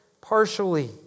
partially